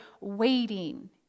waiting